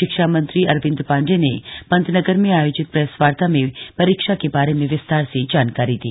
शिक्षा मंत्री अरविंद पांडे ने पंतनगर में आयोजित प्रेसवार्ता में परीक्षा के बारे में विस्तार से जानकारी दी